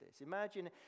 Imagine